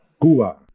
Cuba